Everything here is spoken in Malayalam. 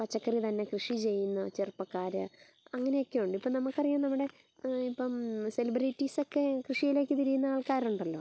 പച്ചക്കറി തന്നെ കൃഷി ചെയ്യുന്ന ചെറുപ്പക്കാർ അങ്ങനെയെക്കെ ഉണ്ട് ഇപ്പം നമുക്കറിയാം നമ്മുടെ ഇപ്പം സെലിബ്രറ്റീസൊക്കെ കൃഷിയിലേക്ക് തിരിയുന്ന ആൾക്കാരുണ്ടല്ലോ